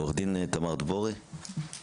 עורכת דין תמר תבורי היועצת המשפטית של האגודה.